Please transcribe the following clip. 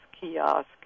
kiosk